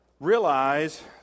realize